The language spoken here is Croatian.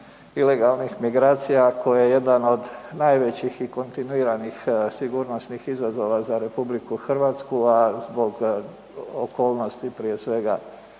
ilegalnih migracija koje je jedan od najvećih i kontinuiranih sigurnosnih izazova za RH a zbog okolnosti prije svega